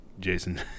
jason